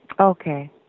Okay